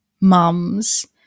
mums